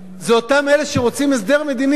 זה אותם אלה שרוצים הסדר מדיני.